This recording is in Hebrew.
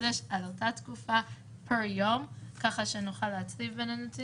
וגם כאן אנחנו מבקשים להחיל את אותו הסדר.